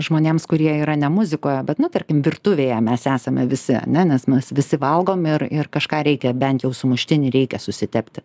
žmonėms kurie yra ne muzikoje bet nu tarkim virtuvėje mes esame visi ane nes mes visi valgom ir ir kažką reikia bent jau sumuštinį reikia susitepti